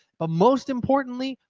but most importantly,